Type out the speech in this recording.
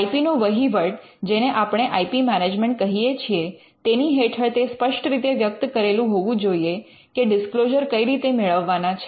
I P નો વહીવટ જેને આપણે આઇ પી મૅનિજ્મન્ટ કહીએ છીએ તેની હેઠળ તે સ્પષ્ટ રીતે વ્યક્ત કરેલું હોવું જોઈએ કે ડિસ્ક્લોઝર કઈ રીતે મેળવવાના છે